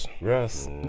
Yes